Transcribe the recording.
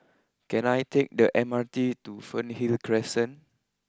can I take the M R T to Fernhill Crescent